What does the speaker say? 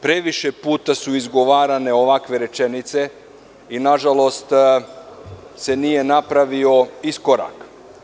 Previše puta su izgovarane ovakve rečenice i, nažalost, nije se napravio iskorak.